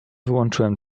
wyłączyłem